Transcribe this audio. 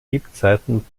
lebzeiten